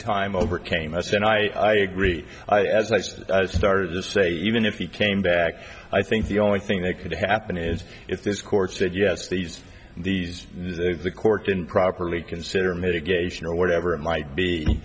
time overcame us in i agree as i started to say even if he came back i think the only thing that could happen is if this court said yes these these the court didn't properly consider mitigation or whatever it might be